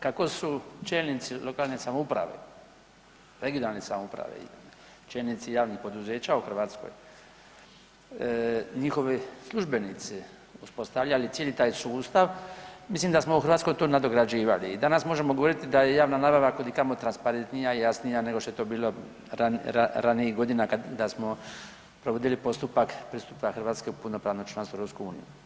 Kako su čelnici lokalne samouprave, regionalne samouprave, čelnici javnih poduzeća u Hrvatskoj, njihovi službenici uspostavljali cijeli taj sustav mislim da smo u Hrvatskoj to nadograđivali i danas možemo govoriti da je javna nabava kud i kamo transparentnija i jasnija nego što je to bilo ranijih godina kada smo provoditi postupak pristupa Hrvatske u punopravno članstvo u Europsku uniju.